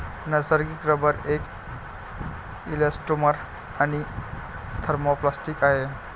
नैसर्गिक रबर एक इलॅस्टोमर आणि थर्मोप्लास्टिक आहे